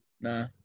Nah